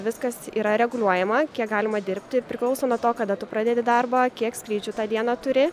viskas yra reguliuojama kiek galima dirbti priklauso nuo to kada tu pradedi darbą kiek skrydžių tą dieną turi